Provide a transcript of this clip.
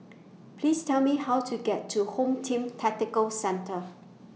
Please Tell Me How to get to Home Team Tactical Centre